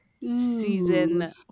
season